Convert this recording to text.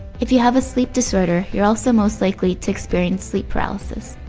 if you have a sleep disorder, you're also most likely to experience sleep paralysis.